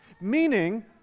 meaning